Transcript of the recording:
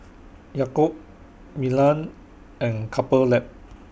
Yakult Milan and Couple Lab